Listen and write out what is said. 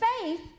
faith